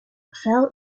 fell